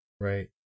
Right